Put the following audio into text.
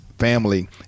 family